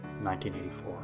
1984